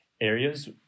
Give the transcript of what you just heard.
areas